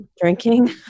Drinking